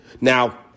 Now